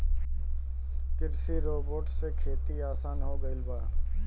कृषि रोबोट से खेती आसान हो गइल बा